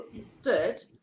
stood